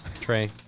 Trey